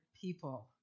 people